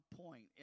point